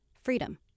Freedom